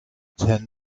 ten